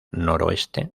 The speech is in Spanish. noroeste